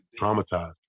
traumatized